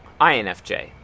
INFJ